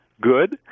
good